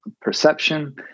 perception